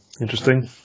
Interesting